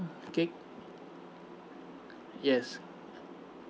cake yes